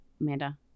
Amanda